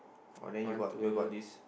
oh then you got you got this